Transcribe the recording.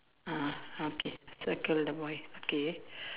ah okay circle the boy okay